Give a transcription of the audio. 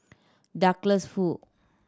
Douglas Foo